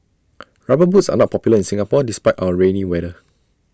rubber boots are not popular in Singapore despite our rainy weather